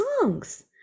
songs